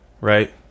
right